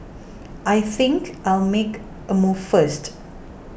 I think I'll make a move first